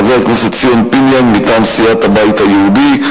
חבר הכנסת ציון פיניאן מטעם סיעת הבית היהודי.